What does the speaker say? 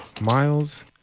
Miles